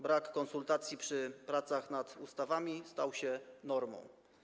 Brak konsultacji przy pracach nad ustawami stał się normą.